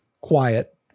quiet